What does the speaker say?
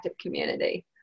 community